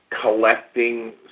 collecting